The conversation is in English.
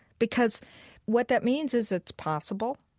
because what that means is it's possible.